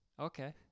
Okay